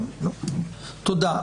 תודה.